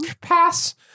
pass